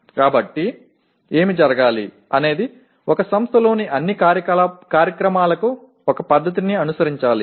కాబట్టి ఏమి జరగాలి అనేది ఒక సంస్థలోని అన్ని కార్యక్రమాలకు ఒక పద్ధతిని అనుసరించాలి